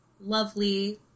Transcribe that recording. lovely